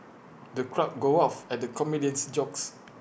the crowd guffawed at the comedian's jokes